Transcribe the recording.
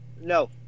No